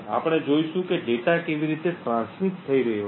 આપણે જોઇશું કે ડેટા કેવી રીતે ટ્રાન્સમિટ થઈ રહ્યો છે